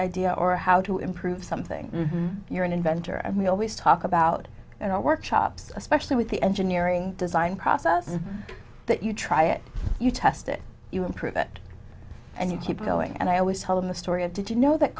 idea or how to improve something you're an inventor and we always talk about in our workshops especially with the engineering design process that you try it you test it you improve it and you keep going and i was telling the story of did you know that